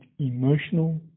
emotional